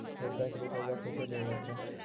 व्यवसाय के लिए कर्जा कैसे लिया जाता हैं?